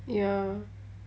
ya